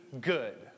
good